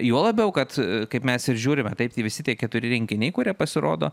juo labiau kad kaip mes ir žiūrime taip visi tie keturi rinkiniai kurie pasirodo